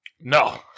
No